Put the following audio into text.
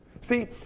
See